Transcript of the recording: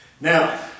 Now